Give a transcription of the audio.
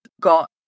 got